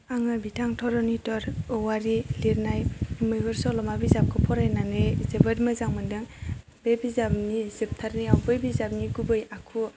आङो बिथां धर'निधर औवारि लिरनाय मैहुर सल'मा बिजाबखौ फरायनानै जोबोद मोजां मोनदों बे बिजाबनि जोबथारनायाव बै बिजाबनि गुबै आखु